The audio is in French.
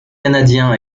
canadien